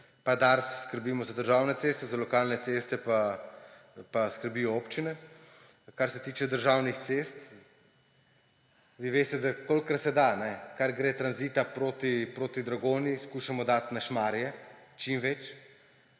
in Dars skrbimo za državne ceste, za lokalne ceste pa skrbijo občine. Kar se tiče državnih cest, vi veste, da kolikor se da, kar gre tranzita proti Dragonji, skušamo dati na Šmarje čim več.